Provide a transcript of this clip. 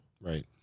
right